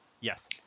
Yes